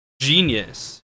genius